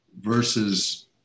versus